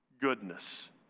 goodness